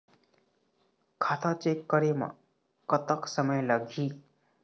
खाता चेक करे म कतक समय लगही?